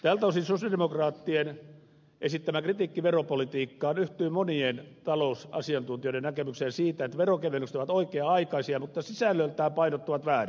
tältä osin sosialidemokraattien esittämä kritiikki veropolitiikkaan yhtyy monien talousasiantuntijoiden näkemykseen siitä että veronkevennykset ovat oikea aikaisia mutta sisällöltään painottuvat väärin